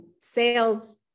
sales